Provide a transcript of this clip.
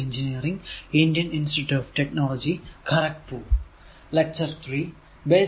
ഇനിയും ഒന്ന് രണ്ടെണ്ണം നോക്കുന്നതാണ്